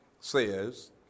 says